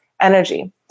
energy